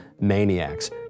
maniacs